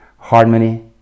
harmony